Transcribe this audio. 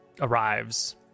arrives